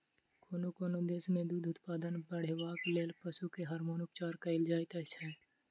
कोनो कोनो देश मे दूध उत्पादन बढ़ेबाक लेल पशु के हार्मोन उपचार कएल जाइत छै